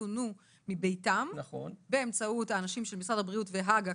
שפונו מביתם באמצעות אנשים של משרד הבריאות והג"א,